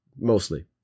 Mostly